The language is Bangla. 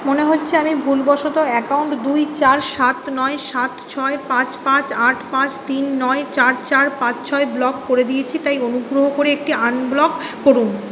মনে হচ্ছে আমি ভুলবশত অ্যাকাউন্ট দুই চার সাত নয় সাত ছয় পাঁচ পাঁচ আট পাঁচ তিন নয় চার চার পাঁচ ছয় ব্লক করে দিয়েছি তাই অনুগ্রহ করে একটি আনব্লক করুন